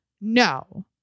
no